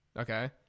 Okay